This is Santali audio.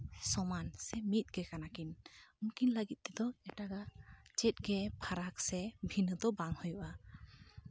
ᱥᱚᱢᱟᱱ ᱥᱮ ᱢᱤᱫ ᱜᱮ ᱠᱟᱱᱟᱠᱤᱱ ᱩᱱᱠᱤᱱ ᱞᱟᱹᱜᱤᱫ ᱛᱮᱫᱚ ᱮᱴᱟᱜ ᱟᱜ ᱪᱮᱫ ᱜᱮ ᱯᱷᱟᱨᱟᱠ ᱥᱮ ᱵᱷᱤᱱᱟᱹ ᱫᱚ ᱵᱟᱝ ᱦᱩᱭᱩᱜᱼᱟ